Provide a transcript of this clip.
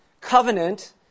covenant